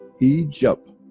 egypt